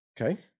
okay